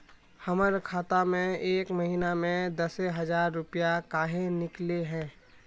हमर खाता में एक महीना में दसे हजार रुपया काहे निकले है?